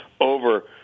over